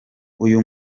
uyu